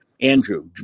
Andrew